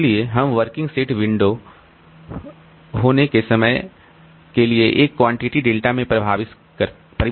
इसलिए हम working set window होने के लिए एक क्वांटिटी डेल्टा में परिभाषित करते हैं